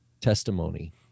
testimony